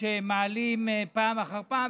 שמעלים פעם אחר פעם,